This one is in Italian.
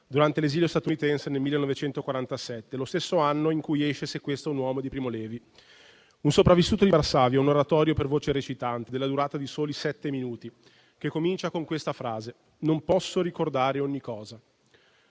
durante l'esilio statunitense nel 1947, lo stesso anno in cui esce «Se questo è un uomo» di Primo Levi. «Un sopravvissuto di Varsavia» è un oratorio per voce recitante della durata di soli sette minuti, che comincia con la seguente frase: «Non posso ricordare ogni cosa».